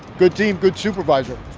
good team. good supervisor